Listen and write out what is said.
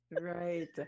Right